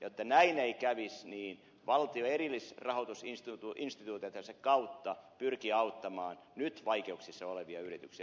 jotta näin ei kävisi niin valtio erillisrahoitusinstituutioittensa kautta pyrkii auttamaan nyt vaikeuksissa olevia yrityksiä